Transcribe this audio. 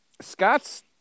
scott's